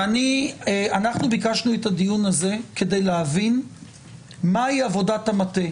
ואנחנו ביקשנו את הדיון הזה כדי להבין מהי עבודת המטה.